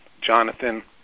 Jonathan